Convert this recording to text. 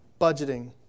budgeting